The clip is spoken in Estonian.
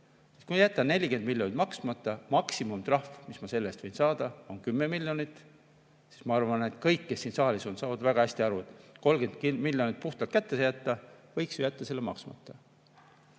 kui jätta 40 miljonit maksmata, siis maksimumtrahv, mis selle eest võib saada, on 10 miljonit. Ma arvan, et kõik, kes siin saalis on, saavad väga hästi aru, et kui 30 miljonit puhtalt kätte jääb, siis võiks ju jätta maksmata.